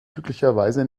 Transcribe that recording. glücklicherweise